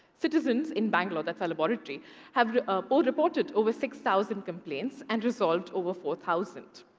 citizens in bangalore that's our laboratory have all reported over six thousand complaints and resolved over four thousand.